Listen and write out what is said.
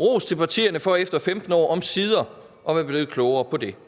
rose partierne for efter 15 år omsider at være blevet klogere på det område.